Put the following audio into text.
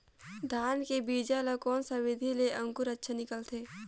धान के बीजा ला कोन सा विधि ले अंकुर अच्छा निकलथे?